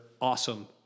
awesome